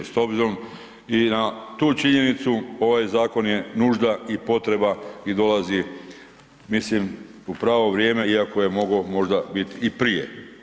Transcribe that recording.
S obzirom i na tu činjenicu ovaj zakon je nužda i potreba i dolazi, mislim u pravo vrijeme, iako je mogo možda bit i prije.